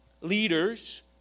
leaders